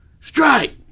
strike